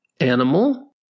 Animal